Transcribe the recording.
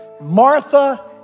Martha